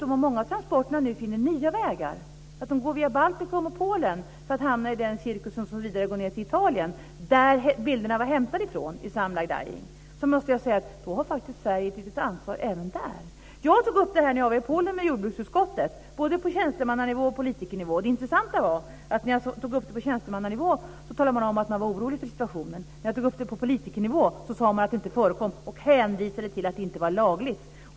Många transporter finner dessutom nya vägar via Baltikum och Polen för att hamna i den cirkus som går vidare ned till Italien. Bilderna i Some Lie Dying var hämtade därifrån. Jag måste säga att Sverige faktiskt har ett litet ansvar även där. Jag tog upp detta när jag var i Polen med jordbruksutskottet, både på tjänstemannanivå och på politikernivå. Det intressanta var att när jag tog upp det på tjänstemannanivå talade man om att man var orolig för situationen. När jag tog upp det på politikernivå sade man att det inte förekom och hänvisade till att det inte var lagligt.